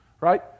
right